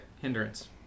hindrance